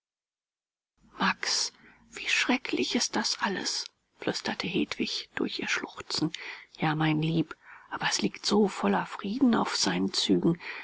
max wie schrecklich ist das alles flüsterte hedwig durch ihr schluchzen ja mein lieb aber es liegt so voller frieden auf seinen zügen